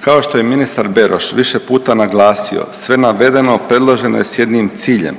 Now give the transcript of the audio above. Kao što je ministar Beroš više puta naglasio, sve navedeno predloženo je s jednim ciljem,